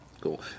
Cool